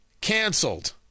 canceled